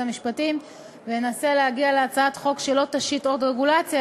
המשפטים וינסה להגיע להצעת חוק שלא תשית עוד רגולציה,